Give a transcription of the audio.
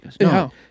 no